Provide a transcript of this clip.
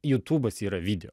jutubas yra video